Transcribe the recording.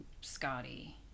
Scotty